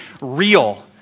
real